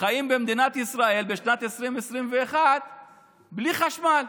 שחיים במדינת ישראל בשנת 2021 בלי חשמל.